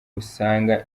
usanga